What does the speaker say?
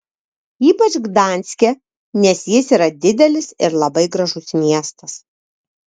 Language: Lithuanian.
ypač gdanske nes jis yra didelis ir labai gražus miestas